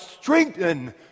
strengthen